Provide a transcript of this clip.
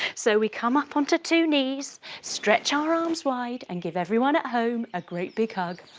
so we come up on to two knees stretch our arms wide and give everyone at home a great big hug.